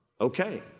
okay